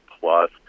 plus